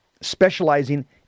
specializing